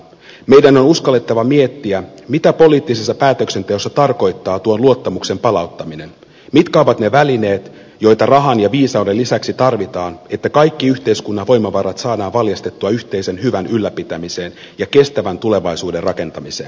meidän on uskallettava miettiä mitä poliittisessa päätöksenteossa tarkoittaa tuon luottamuksen palauttaminen mitkä ovat ne välineet joita rahan ja viisauden lisäksi tarvitaan että kaikki yhteiskunnan voimavarat saadaan valjastettua yhteisen hyvän ylläpitämiseen ja kestävän tulevaisuuden rakentamiseen